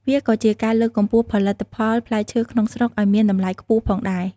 វាក៏ជាការលើកកម្ពស់ផលិតផលផ្លែឈើក្នុងស្រុកឱ្យមានតម្លៃខ្ពស់ផងដែរ។